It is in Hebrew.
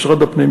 משרד הפנים,